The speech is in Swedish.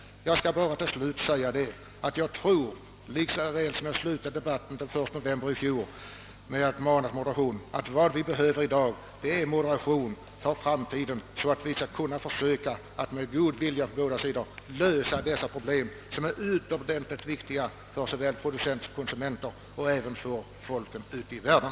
Jag skall bara till sist säga att jag tror — i dag liksom jag gjorde den 1 november i fjol — att vad vi behöver för framtiden är moderation så att vi med god vilja på bägge sidor kan försöka lösa dessa problem som är utomordentligt viktiga för såväl producenter som konsumenter i vårt land och även för folken ute i världen.